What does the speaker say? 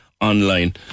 online